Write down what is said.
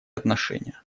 отношения